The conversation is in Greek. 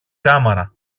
κάμαρα